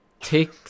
take